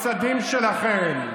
ברוך השם אנחנו לא זקוקים לחסדים שלכם,